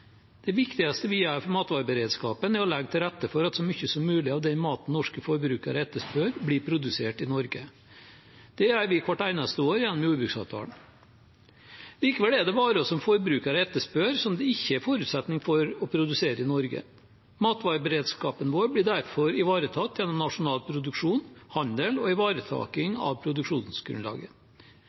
Det viktigste vi gjør for matvareberedskapen, er å legge til rette for at så mye som mulig av den maten norske forbrukere etterspør, blir produsert i Norge. Det gjør vi hvert eneste år gjennom jordbruksavtalen. Likevel er det varer som forbrukerne etterspør som det ikke er forutsetning for å produsere i Norge. Matvareberedskapen vår blir derfor ivaretatt gjennom nasjonal produksjon, handel og ivaretaking av produksjonsgrunnlaget.